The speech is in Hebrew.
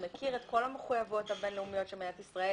מכיר את כל המחויבויות הבינלאומיות של ישראל,